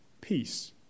Peace